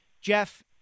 Jeff